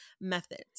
methods